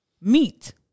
Meat